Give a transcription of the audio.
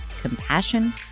compassion